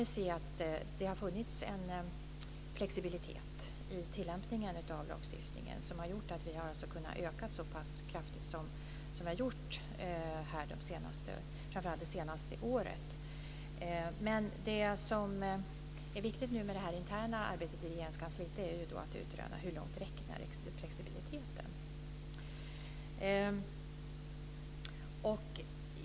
Hittills har det funnits en flexibilitet i tillämpningen av lagstiftningen, som har gjort att vi har kunnat öka så kraftigt som vi har gjort, framför allt det senaste året. Det som är viktigt i det interna arbetet i Regeringskansliet är att utröna hur långt den flexibiliteten räcker.